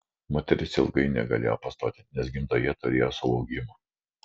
moteris ilgai negalėjo pastoti nes gimdoje turėjo suaugimų